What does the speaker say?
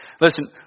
Listen